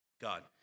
God